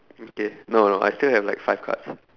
okay no no I still have like five cards